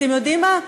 אתם יודעים מה?